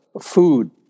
food